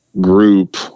group